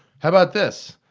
how about this?